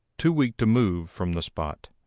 too weak to move from the spot.